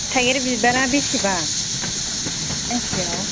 थाइगिर बिबारा बिसिबां गांसेआव